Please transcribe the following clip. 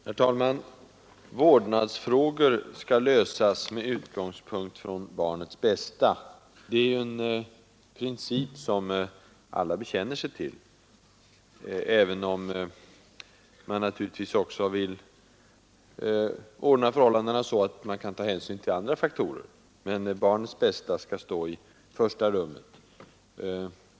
Herr talman! Vårdnadsfrågor skall lösas med utgångspunkt i barnets bästa. Det är en princip som alla bekänner sig till, även om man naturligtvis också vill ordna förhållandena så att hänsyn kan tas till andra faktorer. Men barnets bästa skall stå i första rummet.